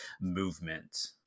movement